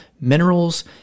minerals